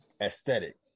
aesthetic